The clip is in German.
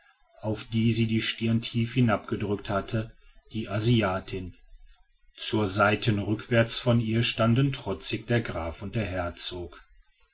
auf die sie die stirne tief hinabgedrückt hatte die asiatin zur seiten rückwärts von ihr standen trotzig der graf und der herzog